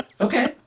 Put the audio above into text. Okay